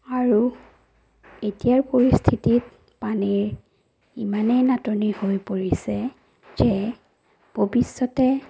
আৰু এতিয়াৰ পৰিস্থিতিত পানীৰ ইমানেই নাটনি হৈ পৰিছে যে ভৱিষ্যতে